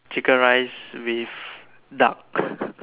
chicken rice with duck